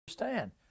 understand